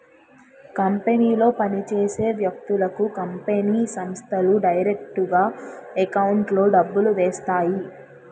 కంపెనీలో పని చేసే వ్యక్తులకు కంపెనీ సంస్థలు డైరెక్టుగా ఎకౌంట్లో డబ్బులు వేస్తాయి